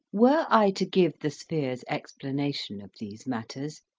were i to give the sphere's explanation of these matters,